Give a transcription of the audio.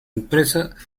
empresa